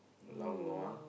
lao nua